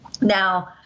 Now